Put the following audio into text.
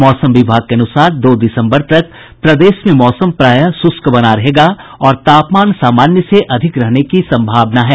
मौसम विभाग के अनुसार दो दिसम्बर तक प्रदेश में मौसम प्रायः शुष्क बना रहेगा और तापमान सामान्य से अधिक रहने की सम्भावना है